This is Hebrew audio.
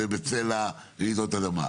זה בצל רעידות אדמה,